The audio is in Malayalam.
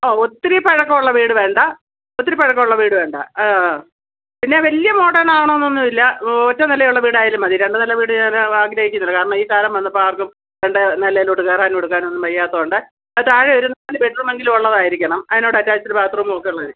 ആ ഒത്തിരി പഴക്കമുള്ള വീട് വേണ്ട ഒത്തിരി പഴക്കമുള്ള വീട് വേണ്ട പിന്നെ വലിയ മോഡേൺ ആവണം എന്നൊന്നുമില്ല ഒറ്റ നിലയുള്ള വീടായാലും മതി രണ്ടുനില വീട് ഞാൻ ആഗ്രഹിക്കുന്നില്ല കാരണം ഈ സാധനം വന്നപ്പം ആർക്കും രണ്ട് നിലയിലോട്ട് കയറാനും എടുക്കാനും ഒന്നും വയ്യാത്തതുകൊണ്ട് താഴെയൊരു നാല് ബെഡ്റൂം എങ്കിലും ഉള്ളതായിരിക്കണം അതിനോട് അറ്റാച്ച്ഡ് ബാത്റൂമും ഒക്കെയുള്ളത്